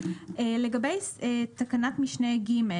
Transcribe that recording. לגבי תקנת משנה (ג),